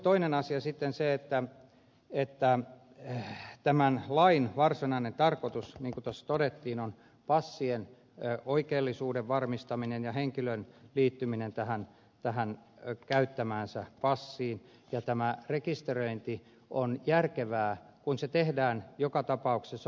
toinen asia on sitten se että tämän lain varsinainen tarkoitus niin kuin tuossa todettiin on passien oikeellisuuden varmistaminen ja henkilön liittyminen tähän käyttämäänsä passiin ja tämä rekisteröinti on järkevää kun se tehdään joka tapauksessa